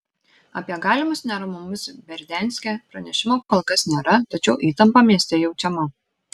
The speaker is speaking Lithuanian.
apie galimus neramumus berdianske pranešimų kol kas nėra tačiau įtampa mieste jaučiama